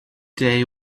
day